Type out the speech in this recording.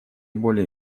более